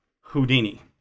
Houdini